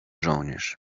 żołnierz